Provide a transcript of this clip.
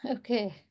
Okay